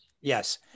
Yes